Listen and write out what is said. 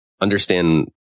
understand